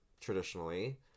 traditionally